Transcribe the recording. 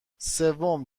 سوم